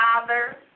father